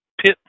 pit